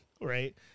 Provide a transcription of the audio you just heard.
right